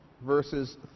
Verses